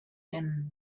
him